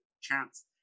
chance